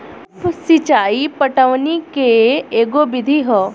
उप सिचाई पटवनी के एगो विधि ह